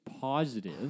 positive